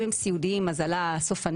אם הם סיעודיים אז עלה סופניים,